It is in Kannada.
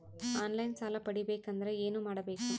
ಆನ್ ಲೈನ್ ಸಾಲ ಪಡಿಬೇಕಂದರ ಏನಮಾಡಬೇಕು?